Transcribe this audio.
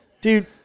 dude